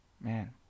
Man